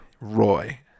Roy